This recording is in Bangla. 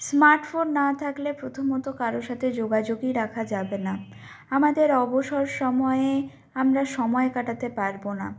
স্মার্টফোন না থাকলে প্রথমত কারো সাথে যোগাযোগই রাখা যাবে না আমাদের অবসর সময়ে আমরা সময় কাটাতে পারবো না